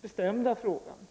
bestämda frågan?